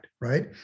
right